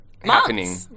happening